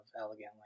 elegantly